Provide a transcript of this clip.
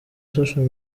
social